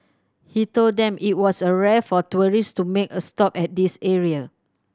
he told them it was a rare for tourists to make a stop at this area